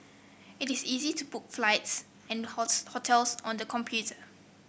it is easy to book flights and hotels on the computer